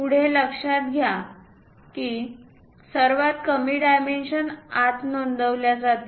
पुढे लक्षात घ्या की सर्वात कमी डायमेन्शन आत नोंदवल्या जाते